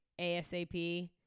ASAP